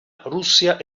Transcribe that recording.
russia